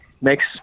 makes